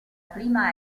prima